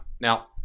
Now